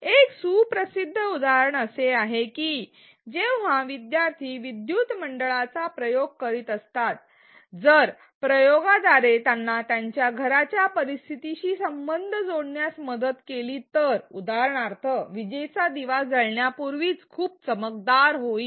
एक सुप्रसिद्ध उदाहरण असे आहे की जेव्हा विद्यार्थी विद्युत मंडळाचा प्रयोग करीत असतात जर प्रयोगाद्वारे त्यांना त्यांच्या घराच्या परिस्थितीशी संबंध जोडण्यास मदत केली तर उदाहरणार्थ विजेचा दिवा जळण्यापूर्वीच खूप चमकदार होईल